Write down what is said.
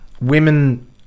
women